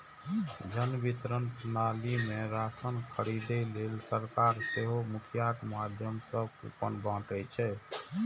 जन वितरण प्रणाली मे राशन खरीदै लेल सरकार सेहो मुखियाक माध्यम सं कूपन बांटै छै